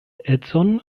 edzon